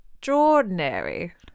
extraordinary